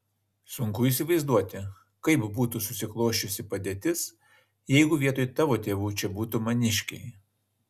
sunku įsivaizduoti kaip būtų susiklosčiusi padėtis jeigu vietoj tavo tėvų čia būtų maniškiai